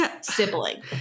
sibling